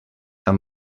amb